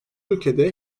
ülkede